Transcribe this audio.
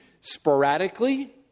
sporadically